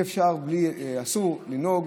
אסור לנהוג